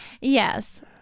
Yes